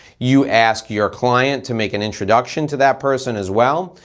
you ask your client to make an introduction to that person as well,